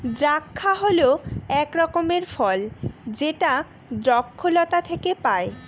দ্রাক্ষা হল এক রকমের ফল যেটা দ্রক্ষলতা থেকে পায়